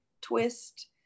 twist